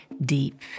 deep